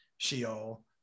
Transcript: sheol